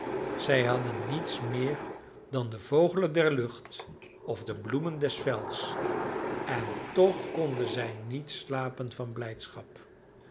zij hadden niets meer dan de vogelen der lucht of de bloemen des velds en toch konden zij niet slapen van blijdschap